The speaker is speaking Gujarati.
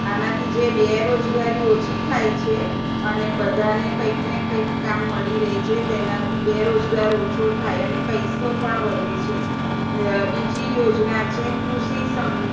આનાથી જે બેરોજગારી ઓછી થાય છે અને બધાને કંઈકને કંઈક કામ મળી રહે છે તેનાથી બેરોજગાર ઓછો થાય અને પૈસો પણ વધે છે બીજી યોજના છે કૃષિ સંઘ